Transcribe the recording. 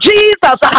Jesus